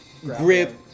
grip